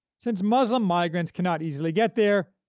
since muslim migrants cannot easily get there,